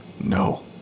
No